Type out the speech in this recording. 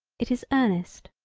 it is earnest.